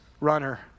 runner